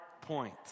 point